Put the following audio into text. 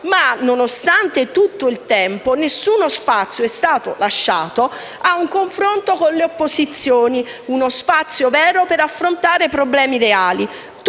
Nonostante tutto il tempo, nessuno spazio è stato lasciato a un confronto con le opposizioni; uno spazio vero per affrontare problemi reali.